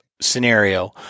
scenario